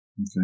Okay